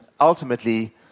ultimately